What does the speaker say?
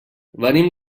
venim